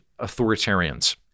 authoritarians